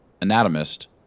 anatomist